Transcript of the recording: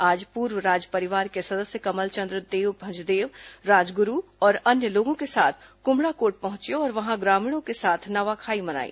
आज पूर्व राजपरिवार के सदस्य कमलचंद्र भंजदेव राजगुरू और अन्य लोगों के साथ कुम्हड़ाकोट पहुंचे और वहां ग्रामीणों के साथ नवाखाई मनाई